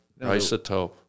Isotope